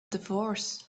divorce